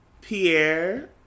Pierre